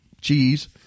cheese